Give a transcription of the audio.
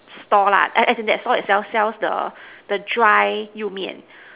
store lah as in that store itself sell the dry you main